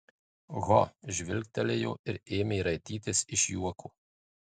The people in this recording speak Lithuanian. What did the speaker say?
ho žvilgtelėjo ir ėmė raitytis iš juoko